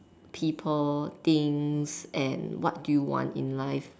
people things and what do you want in life